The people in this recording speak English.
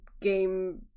game